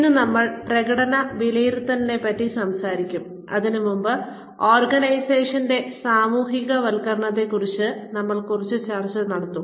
ഇന്ന് നമ്മൾ പ്രകടന വിലയിരുത്തലിനെ പറ്റി സംസാരിക്കും അതിനുമുമ്പ് ഓർഗനൈസേഷൻന്റെ സാമൂഹികവൽക്കരണത്തെ കുറിച്ച് നമ്മൾ കുറച്ച് ചർച്ച നടത്തും